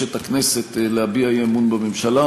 מתבקשת הכנסת להביע אי-אמון בממשלה,